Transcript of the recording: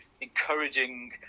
encouraging